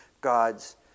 God's